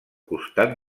costat